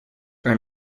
are